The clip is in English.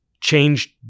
changed